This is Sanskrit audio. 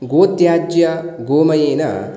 गोत्याज्य गोमयेन